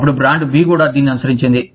అప్పుడు brand B కూడా దీనిని అనుసరించింది